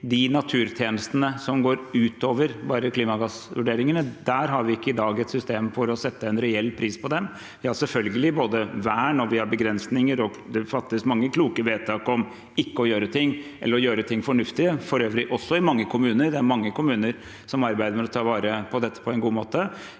de naturtjenestene som går utover bare klimagassvurderingene. Vi har ikke i dag et system for å sette en reell pris på dem. Vi har selvfølgelig både vern og begrensninger, og det fattes mange kloke vedtak om å ikke gjøre ting eller å gjøre ting fornuftig, for øvrig også i mange kommuner. Det er mange kommuner som arbeider med å ta vare på dette på en god måte.